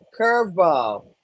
curveball